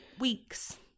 weeks